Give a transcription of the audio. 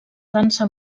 dansa